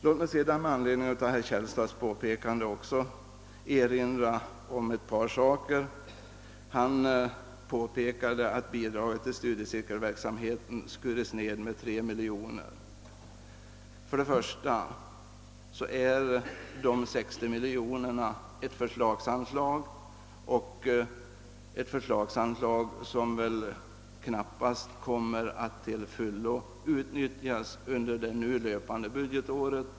Låt mig i anledning av herr Källstads anförande också erinra om ett par andra förhållanden. Herr Källstad påpekade att bidraget till studiecirkelverksamheten skurits ned med 3 miljoner kronor. Jag vill först framhålla att de 60 miljoner kronorna för detta ändamål är ett förslagsanslag, som väl knappast till fullo kommer att utnyttjas ander det nu löpande budgetåret.